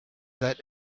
that